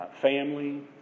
Family